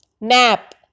nap